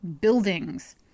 buildings